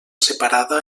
separada